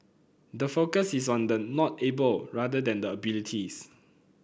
the focus is on the not able rather than the abilities